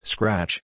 Scratch